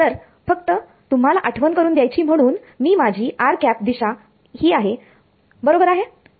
तर फक्त तुम्हाला आठवण करून द्यायची म्हणून ही माझी दिशा आहे बरोबर आहे